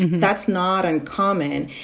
that's not uncommon.